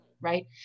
Right